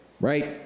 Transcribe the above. right